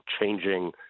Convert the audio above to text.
changing